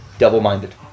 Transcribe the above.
double-minded